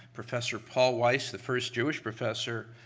professor paul weiss, the first jewish professor,